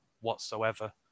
whatsoever